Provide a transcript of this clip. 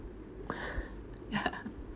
ya